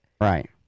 right